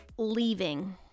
Leaving